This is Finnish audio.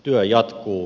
työ jatkuu